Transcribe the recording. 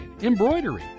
embroidery